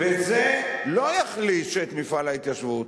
וזה לא יחליש את מפעל ההתיישבות,